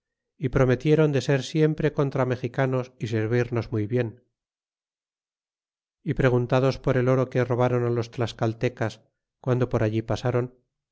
y prometieron de ser siempre contra mexicanos y servirnos muy bien y preguntados por el oro que robron los tlascaitecas cuando por allí